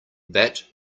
that